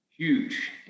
huge